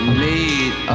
made